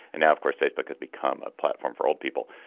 and now of course facebook has become a platform for old people.